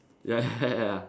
ya ya ya